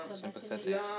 sympathetic